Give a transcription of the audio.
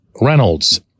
Reynolds